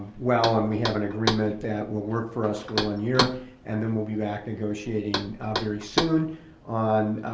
well and we have an agreement that will work for us for one year and then we'll be back negotiating very soon on,